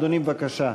אדוני, בבקשה.